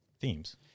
themes